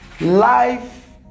life